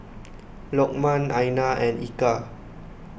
Lokman Aina and Eka